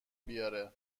بیاره